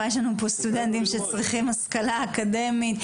יש לנו פה סטודנטים שצריכים השכלה אקדמית.